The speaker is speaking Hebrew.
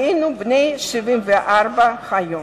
דהיינו בני 74 היום.